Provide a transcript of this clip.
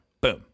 Boom